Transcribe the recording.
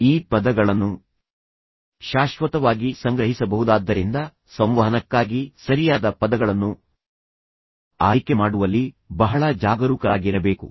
ಈ ಪದಗಳನ್ನು ಶಾಶ್ವತವಾಗಿ ಸಂಗ್ರಹಿಸಬಹುದಾದ್ದರಿಂದ ಸಂವಹನಕ್ಕಾಗಿ ಸರಿಯಾದ ಪದಗಳನ್ನು ಆಯ್ಕೆ ಮಾಡುವಲ್ಲಿ ಬಹಳ ಜಾಗರೂಕರಾಗಿರಬೇಕು